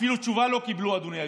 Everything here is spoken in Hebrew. אפילו תשובה לא קיבלו, אדוני היושב-ראש,